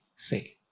Say